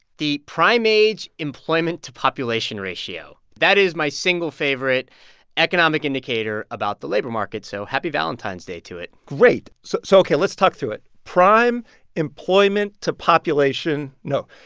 the prime-age employment-to-population ratio. that is my single favorite economic indicator about the labor market, so happy valentine's day to it great. so so, ok, let's talk through it prime employment-to-population no